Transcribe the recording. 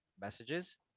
messages